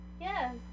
Yes